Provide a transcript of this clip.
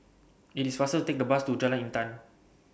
IT IS faster to Take The Bus to Jalan Intan